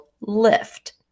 lift